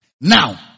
Now